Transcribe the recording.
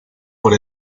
por